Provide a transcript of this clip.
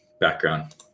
background